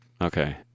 Okay